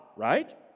right